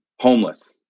homeless